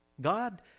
God